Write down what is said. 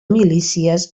milícies